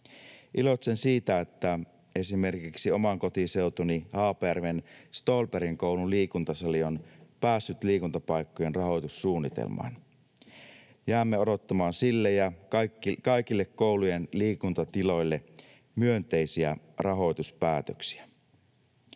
Iloitsen siitä, että esimerkiksi oman kotiseutuni Haapajärven Ståhlbergin koulun liikuntasali on päässyt liikuntapaikkojen rahoitussuunnitelmaan. Jäämme odottamaan sille ja kaikille koulujen liikuntatiloille myönteisiä rahoituspäätöksiä.